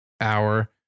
hour